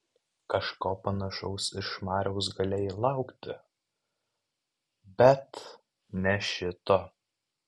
kažko panašaus iš mariaus galėjai laukti bet ne šito